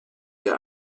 der